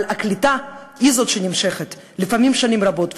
אבל הקליטה היא הנמשכת לפעמים שנים רבות,